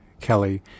Kelly